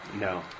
No